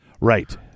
right